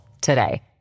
today